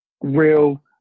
real